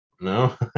No